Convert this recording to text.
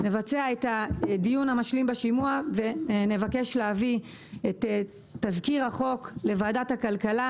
נערוך את הדיון המשלים בשימוע ונבקש להביא את תזכיר החוק לוועדת הכלכלה,